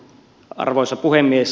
arvoisa puhemies